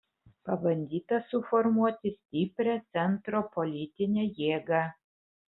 pabandyta suformuoti stiprią centro politinę jėgą